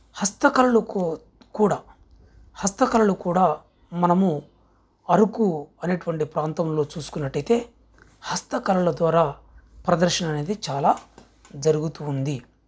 హస్త కళలు కూ కూడా హస్త కళలు కూడా మనము అరకు అనేటువంటి ప్రాంతంలో చూసుకున్నట్టయితే హస్త కళల ద్వారా ప్రదర్శన అనేది చాలా జరుగుతూ ఉంది